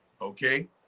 okay